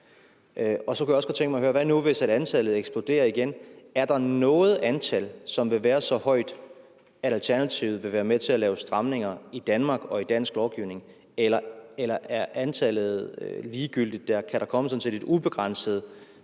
Og så kunne jeg også godt tænke mig at høre: Hvad nu hvis antallet eksploderer igen, er der så noget antal, som vil være så højt, at Alternativet vil være med til at lave stramninger i Danmark og i dansk lovgivning, eller er antallet ligegyldigt? Kan der sådan set komme et ubegrænset